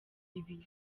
ibi